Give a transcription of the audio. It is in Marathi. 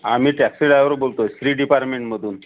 आम्ही टॅक्सी ड्राइवर बोलतो श्री डिपार्टमेंट मधून